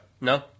No